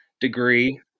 degree